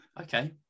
Okay